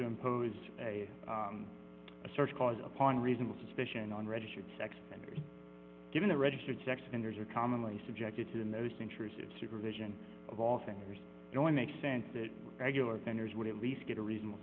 to impose a search cause upon reasonable suspicion on registered sex offenders given the registered sex offenders are commonly subjected to the most intrusive supervision of all things only makes sense that regular vendors would at least get a reasonable